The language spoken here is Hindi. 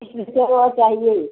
वह चाहिए